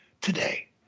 today